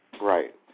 Right